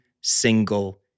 single